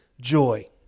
joy